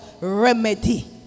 remedy